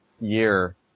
year